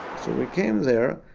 so we came there,